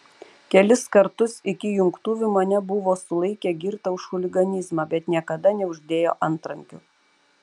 kelis kartus iki jungtuvių mane buvo sulaikę girtą už chuliganizmą bet niekada neuždėjo antrankių